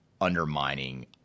undermining